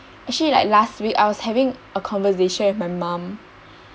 actually like last week I was having a conversation with my mum